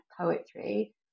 poetry